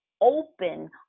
open